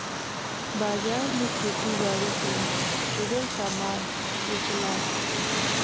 बाजार में खेती बारी से जुड़ल सामान बेचला